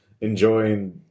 Enjoying